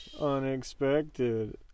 unexpected